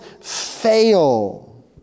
fail